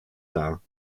dar